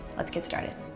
let's get started.